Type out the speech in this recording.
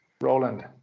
Roland